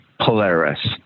Polaris